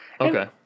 Okay